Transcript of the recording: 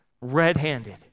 Red-handed